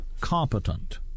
competent